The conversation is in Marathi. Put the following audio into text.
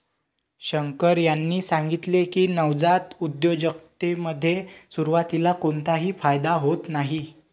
शंकर यांनी सांगितले की, नवजात उद्योजकतेमध्ये सुरुवातीला कोणताही फायदा होत नाही